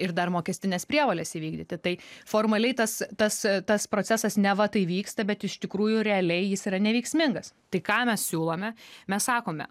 ir dar mokestines prievoles įvykdyti tai formaliai tas tas tas procesas neva tai vyksta bet iš tikrųjų realiai jis yra neveiksmingas tai ką mes siūlome mes sakome